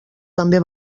també